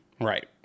right